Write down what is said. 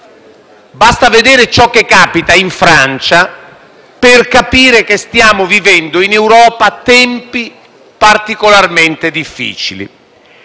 Basta vedere ciò che capita in Francia per capire che in Europa stiamo vivendo tempi particolarmente difficili.